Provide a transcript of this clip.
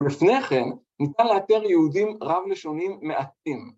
לפני כן, ניתן לאתר יהודים רב-לשוניים מעטים.